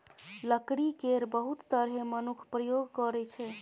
लकड़ी केर बहुत तरहें मनुख प्रयोग करै छै